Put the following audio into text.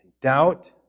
doubt